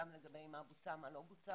גם לגבי מה בוצע ומה לא בוצע,